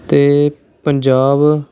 ਅਤੇ ਪੰਜਾਬ